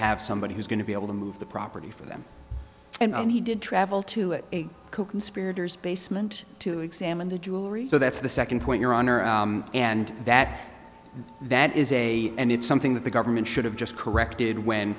have somebody who's going to be able to move the property for them and he did travel to it coconspirators basement to examine the jewelry so that's the second point your honor and that that is a and it's something that the government should have just corrected when